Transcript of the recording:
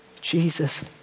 Jesus